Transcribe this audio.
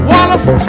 Wallace